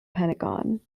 pentagon